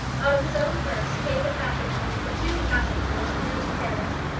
out of his own purse paid the passage-money for two passengers through to paris.